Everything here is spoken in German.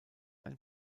ein